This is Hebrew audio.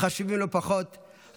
החשובים לא פחות,